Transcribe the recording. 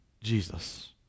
Jesus